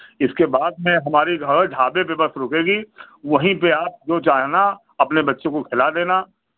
इसके बाद में हमारी ढाबे पे बस रुकेगी वहीं पे आप जो चाहे ना अपने बच्चे को खिला देना